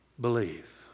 Believe